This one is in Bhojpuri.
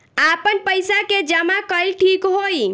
आपन पईसा के जमा कईल ठीक होई?